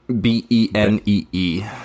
b-e-n-e-e